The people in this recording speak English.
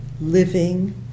living